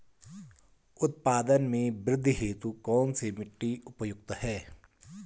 उत्पादन में वृद्धि हेतु कौन सी मिट्टी उपयुक्त है?